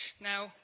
Now